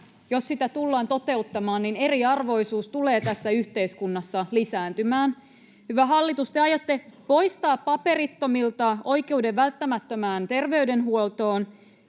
tullaan toteuttamaan, niin eriarvoisuus tulee tässä yhteiskunnassa lisääntymään. Hyvä hallitus, te aiotte poistaa paperittomilta oikeuden välttämättömään terveydenhuoltoon.